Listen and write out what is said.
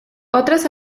otras